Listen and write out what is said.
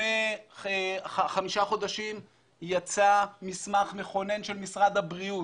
לפני חמישה חודשים יצא מסמך מכונן של משרד הבריאות.